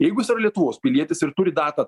jeigu jis yra lietuvos pilietis ir turi datą